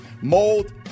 mold